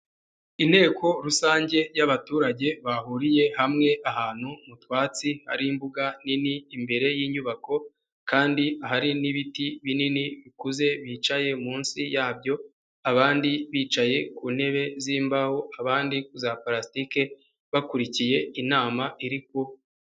Inteko rusange yabaturage bahuriye hamwe ahantu mu twatsi hari imbuga nini imbere y'inyubako kandi hari n'ibiti binini bikuze bicaye munsi yabyo abandi bicaye ku ntebe zimbaho abandi za parasitike bakurikiye inama iri kuba.